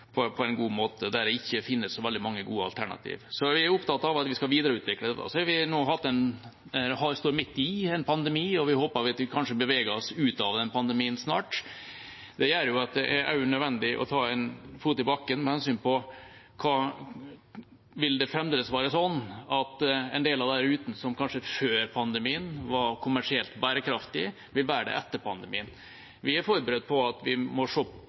på en god måte der det ikke finnes så veldig mange gode alternativ. Jeg er opptatt av at vi skal videreutvikle dette. Nå har vi hatt – og står midt i – en pandemi, og vi håper at vi kanskje beveger oss ut av den pandemien snart. Det gjør at det også er nødvendig å sette en fot i bakken. Vil det fremdeles være sånn at en del av de rutene som kanskje før pandemien var kommersielt bærekraftige, vil være det etter pandemien? Vi er forberedt på at vi må